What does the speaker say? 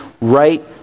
right